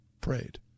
prayed